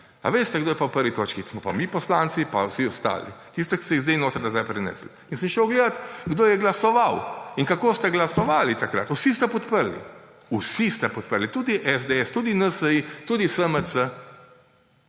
A veste, kdo je pa v 1. točki? Smo pa mi poslanci, pa vsi ostali; tisti, ki ste jih zdaj noter nazaj prinesli. In sem šel gledat, kdo je glasoval in kako ste glasovali takrat. Vsi ste podprli, vsi ste podprli, tudi SDS, tudi NSi, tudi SMC.